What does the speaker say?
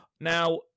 Now